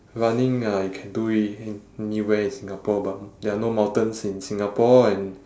running I can do it an~ anywhere in singapore but there are no mountains in singapore and